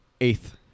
Eighth